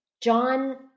John